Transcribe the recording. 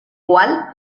cual